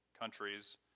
countries